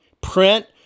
print